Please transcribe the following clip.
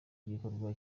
gikorwa